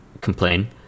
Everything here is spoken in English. complain